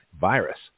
virus